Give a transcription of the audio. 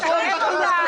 כלום?